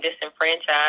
disenfranchised